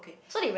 okay